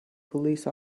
police